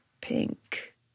pink